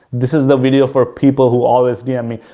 this is the video for people who always dm me,